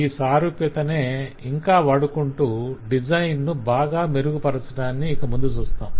ఈ సారూప్యతనే ఇంకా వాడుకుంటూ డిజైన్ ను బాగా మెరుగుపరచటాన్ని ఇక ముందు చూస్తాము